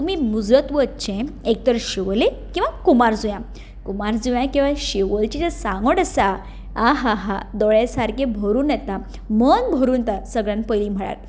तुमी मुजरत वचचें एक तर शिवोले किंवा कुंभारजुव्यां कुंभारजुव्यां किंवा शिवोलचे जे सांगोड आसा आ हा हा दोळे सारके भरून येता मन भरून येता सगळ्यांत पयलीं म्हळ्यार